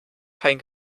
kein